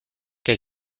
que